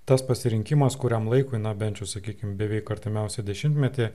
tas pasirinkimas kuriam laikui na bent jau sakykim beveik artimiausią dešimtmetį